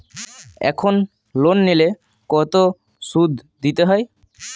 এখন লোন নিলে কত সুদ দিতে হয়?